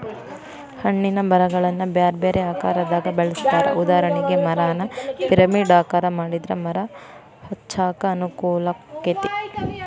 ಹಣ್ಣಿನ ಮರಗಳನ್ನ ಬ್ಯಾರ್ಬ್ಯಾರೇ ಆಕಾರದಾಗ ಬೆಳೆಸ್ತಾರ, ಉದಾಹರಣೆಗೆ, ಮರಾನ ಪಿರಮಿಡ್ ಆಕಾರ ಮಾಡಿದ್ರ ಮರ ಹಚ್ಚಾಕ ಅನುಕೂಲಾಕ್ಕೆತಿ